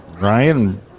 Ryan